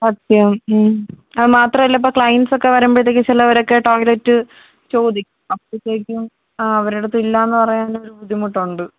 സത്യം മ് അത് മാത്രമല്ല ഇപ്പം ക്ലയന്റ്സ് ഒക്കെ വരുമ്പഴത്തേക്കും ചിലരൊക്കെ ടോയ്ലറ്റ് ചോദിക്കും അപ്പത്തേക്കും ആ അവരുടെ അടുത്ത് ഇല്ലാന്ന് പറയാനൊരു ബുദ്ധിമുട്ടുണ്ട്